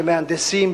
למהנדסים,